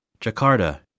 Jakarta